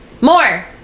More